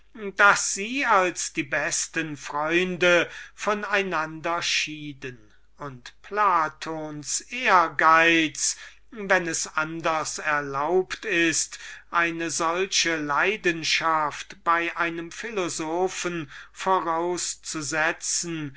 daß sie als die besten freunde von einander schieden und platons ehrgeiz wenn es anders erlaubt ist eine solche leidenschaft bei einem philosophen